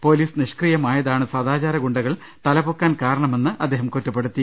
police നിഷ്ക്രിയമായതാണ് സദാചാര ഗുണ്ടകൾ തല പൊക്കാൻ കാരണമെന്ന് അദ്ദേഹം കുറ്റപ്പെടുത്തി